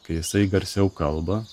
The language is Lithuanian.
kai jisai garsiau kalba